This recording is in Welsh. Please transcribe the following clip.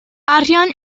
arian